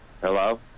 Hello